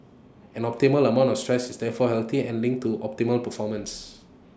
an optimal amount of stress is therefore healthy and linked to optimal performance